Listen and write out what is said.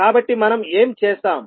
కాబట్టి మనం ఏమి చేస్తాము